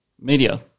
media